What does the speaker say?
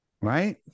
Right